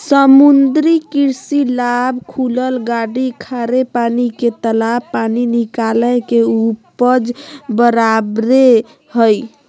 समुद्री कृषि लाभ खुलल खाड़ी खारे पानी के तालाब पानी निकाय के उपज बराबे हइ